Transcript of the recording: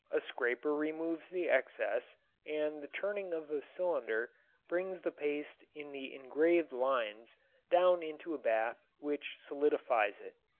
a scraper removes the excess and the turning of the cylinder brings the paste in the engraved lines down into a bath which solidifies it.